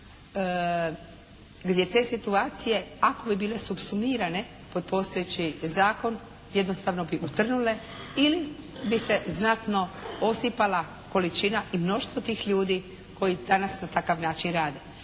gdje te situacije ako bi bile supsumirane kroz postojeći zakon jednostavno bi utrnule ili bi se znatno osipala količina i mnoštvo tih ljudi koji danas na takav način rade.